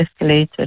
escalated